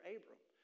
Abram